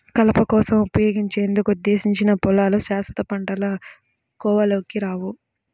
కలప కోసం ఉపయోగించేందుకు ఉద్దేశించిన పొలాలు శాశ్వత పంటల కోవలోకి రావు